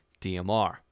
DMR